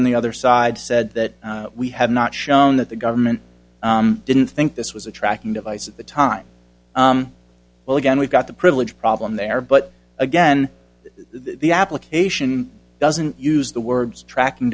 on the other side said that we have not shown that the government didn't think this was a tracking device at the time well again we've got the privilege problem there but again the application doesn't use the words tracking